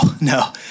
No